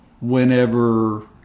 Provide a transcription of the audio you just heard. whenever